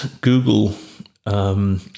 Google